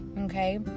Okay